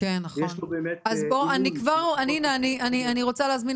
ויש לו באמת --- אני רוצה להזמין